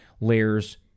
layers